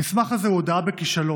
המסמך הזה הוא הודאה בכישלון.